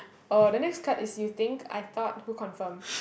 oh the next card is you think I thought who confirm